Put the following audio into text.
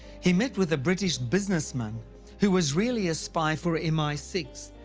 he met with a british businessman who was really a spy for m i six,